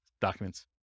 documents